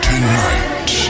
Tonight